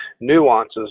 nuances